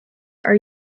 are